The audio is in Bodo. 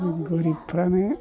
गोरिबफ्रानो